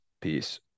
Peace